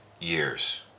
years